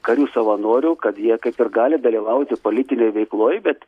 karių savanorių kad jie kaip ir gali dalyvauti politinėj veikloj bet